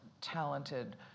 talented